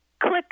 click